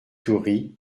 toury